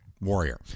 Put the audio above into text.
warrior